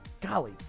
Golly